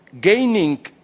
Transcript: gaining